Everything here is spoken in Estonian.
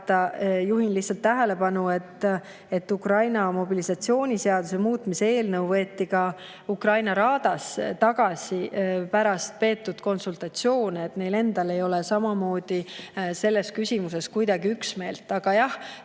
Juhin lihtsalt tähelepanu, et Ukraina mobilisatsiooniseaduse muutmise eelnõu võeti Ukraina Ülemraadas pärast peetud konsultatsioone tagasi. Neil endal ei ole samamoodi selles küsimuses kuidagi üksmeelt. Aga jah,